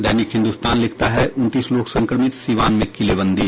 दैनिक हिन्दुस्तान लिखता है उनतीस लोग संक्रमित सीवान में किलेबंदी